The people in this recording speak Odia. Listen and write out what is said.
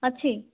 ଅଛି